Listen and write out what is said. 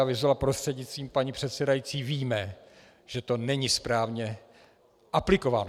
Vyzula prostřednictvím paní předsedající víme, že to není správně aplikováno.